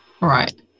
right